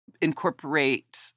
incorporate